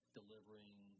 delivering